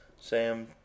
Sam